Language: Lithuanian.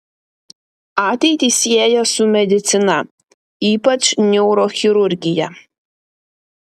ateitį sieja su medicina ypač neurochirurgija